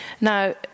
Now